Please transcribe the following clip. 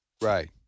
Right